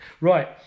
right